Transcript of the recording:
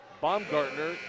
Baumgartner